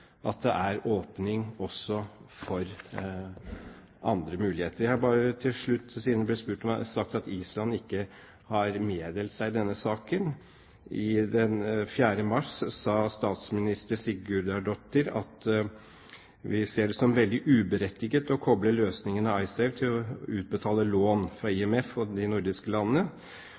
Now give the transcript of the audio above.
at det er åpning også for andre muligheter. Jeg vil bare si til slutt, siden det ble sagt at Island ikke har meddelt seg i denne saken: Den 5. mars sa statsminister Sigurdardottir: «Vi ser det som veldig uberettiget å koble løsning av Icesave til å utbetale lån fra Det internasjonale valutafondet IMF og fra de nordiske landene.»